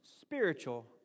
spiritual